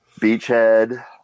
beachhead